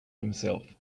himself